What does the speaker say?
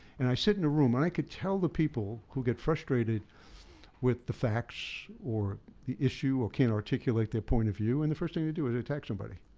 and i sit in a room and i can tell the people who get frustrated with the facts, or the issue, or can't articulate their point of view. and the first thing they do is attack somebody